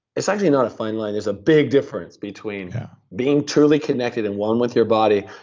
it's actually not a fine line. there's a big difference between being truly connected and one with your body,